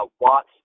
watts